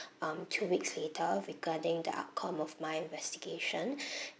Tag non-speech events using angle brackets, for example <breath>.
um two weeks later regarding the outcome of my investigation <breath>